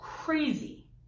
crazy